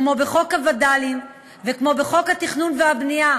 כמו בחוק הווד"לים וכמו בחוק התכנון והבנייה